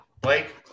Blake